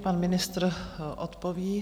Pan ministr odpoví.